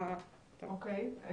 אוקיי.